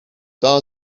daha